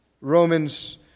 Romans